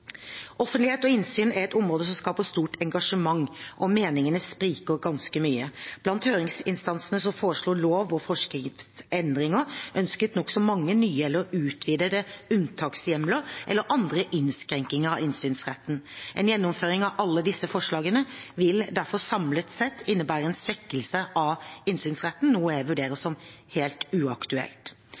Offentlighet og innsyn er et område som skaper stort engasjement, og meningene spriker ganske mye. Blant høringsinstansene som foreslo lov- og forskriftsendringer, ønsket nokså mange nye eller utvidede unntakshjemler eller andre innskrenkinger av innsynsretten. En gjennomføring av alle disse forslagene ville derfor samlet sett innebære en svekkelse av innsynsretten, noe jeg vurderer som helt uaktuelt.